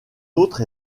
autre